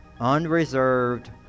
unreserved